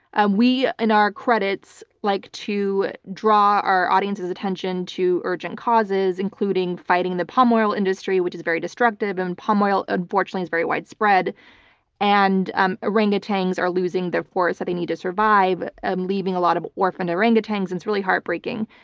and we, in our credits, like to draw our audience's attention to urgent causes including fighting the palm oil industry which is very destructive, and palm oil unfortunately is very widespread and um orangutans are losing their forest that they need to survive, um leaving a lot of orphaned orangutans, and it's really heartbreaking.